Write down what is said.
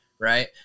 right